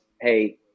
Hey